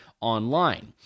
online